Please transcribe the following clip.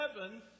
heaven